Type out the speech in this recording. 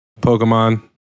Pokemon